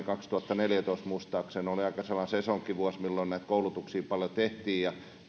kaksituhattaneljätoista muistaakseni oli aika sellainen sesonkivuosi milloin näitä koulutuksia paljon tehtiin ja